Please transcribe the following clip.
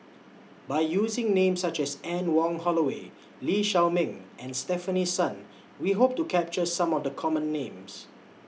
By using Names such as Anne Wong Holloway Lee Shao Meng and Stefanie Sun We Hope to capture Some of The Common Names